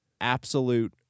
absolute